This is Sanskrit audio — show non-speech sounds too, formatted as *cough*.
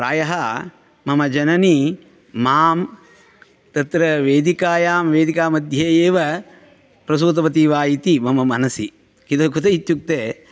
प्रायः मम जननी मां तत्र वेदिकायां वेदिकामध्ये एव प्रसूतवती वा इति मम मनसि *unintelligible* इत्युक्ते